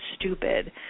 stupid